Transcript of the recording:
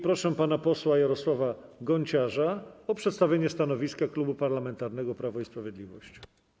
Proszę pana posła Jarosława Gonciarza o przedstawienie stanowiska Klubu Parlamentarnego Prawo i Sprawiedliwość.